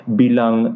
bilang